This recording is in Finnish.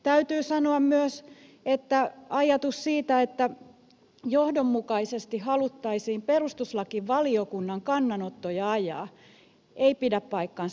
täytyy sanoa myös että ajatus siitä että johdonmukaisesti haluttaisiin perustuslakivaliokunnan kannanottoja ajaa ei pidä paikkaansa